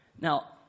Now